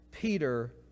Peter